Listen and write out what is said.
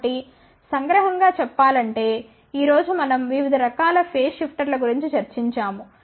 కాబట్టి సంగ్రహం గా చెప్పాలంటే ఈ రోజు మనం వివిధ రకాల ఫేజ్ షిఫ్టర్ల గురించి చర్చించాము